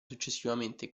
successivamente